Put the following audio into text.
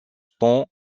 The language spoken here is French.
temps